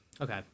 okay